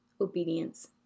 obedience